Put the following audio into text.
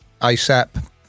ASAP